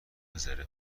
نگذره